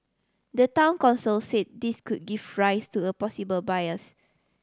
the Town Council say this could give rise to a possible bias